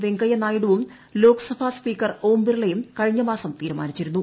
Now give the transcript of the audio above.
വെങ്കയ്യ നായിഡുവും ലോക്സഭ സ്പീക്കർ ഓം ബിർളയും കഴിഞ്ഞ മാസം തീരുമാനിച്ചിരുന്നു